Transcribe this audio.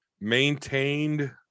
maintained